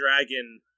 dragon